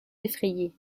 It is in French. effrayée